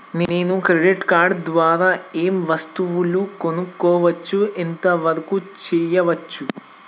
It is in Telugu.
నేను క్రెడిట్ కార్డ్ ద్వారా ఏం వస్తువులు కొనుక్కోవచ్చు ఎంత వరకు చేయవచ్చు?